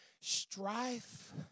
strife